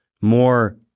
more